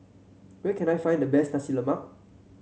where can I find the best Nasi Lemak